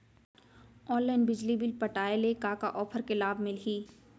Online बिजली bill पटाय ले का का ऑफ़र के लाभ मिलही?